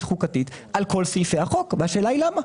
חוקתית על כל סעיפי החוק והשאלה היא למה,